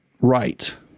right